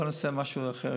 בוא נעשה משהו אחר,